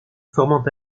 formant